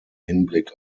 hinblick